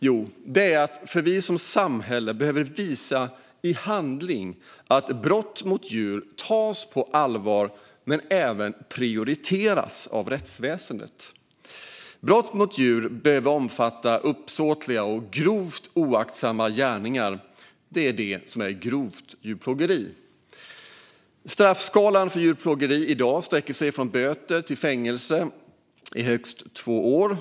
Jo, det är för att vi som samhälle behöver visa i handling att brott mot djur tas på allvar och prioriteras av rättsväsendet. Brott mor djur ska omfatta uppsåtliga och grovt oaktsamma gärningar. Det är det som är grovt djurplågeri. Straffskalan för djurplågeri sträcker sig i dag från böter till fängelse i högst två år.